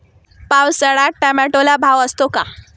पावसाळ्यात टोमॅटोला भाव असतो का?